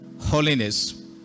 holiness